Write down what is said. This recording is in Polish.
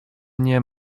nie